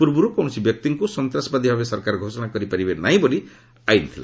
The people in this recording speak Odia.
ପୂର୍ବର୍ତ୍ତ କୌଣସି ବ୍ୟକ୍ତିଙ୍କ ସନ୍ତାସବାଦୀ ଭାବେ ସରକାର ଘୋଷଣା କରିପାରିବେ ନାହିଁ ବୋଲି ଆଇନ ରହିଥିଲା